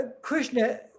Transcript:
Krishna